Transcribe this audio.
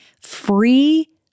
free